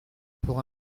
pour